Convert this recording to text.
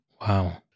Wow